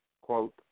quote